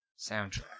soundtrack